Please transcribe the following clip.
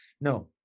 no